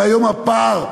והיום הפער,